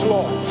Lord